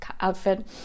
outfit